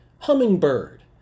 Hummingbird